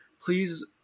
Please